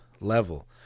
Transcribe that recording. level